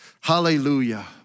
Hallelujah